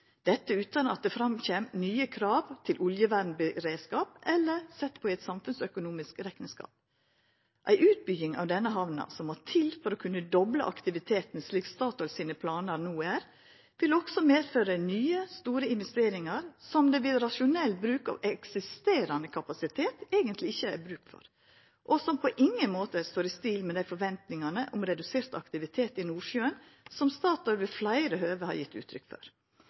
utan at det kjem fram nye krav til oljevernberedskap eller er sett på i ein samfunnsøkonomisk rekneskap. Ei utbygging av denne hamna, som må til for å kunna dobla aktiviteten slik Statoil sine planar no er, vil også medføra nye, store investeringar som det ved rasjonell bruk av eksisterande kapasitet eigentleg ikkje er bruk for, og som på ingen måte står i stil med dei forventningane om redusert aktivitet i Nordsjøen, som Statoil ved fleire høve har gjeve uttrykk for.